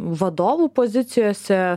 vadovų pozicijose